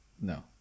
No